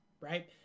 right